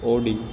Audi